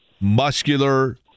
muscular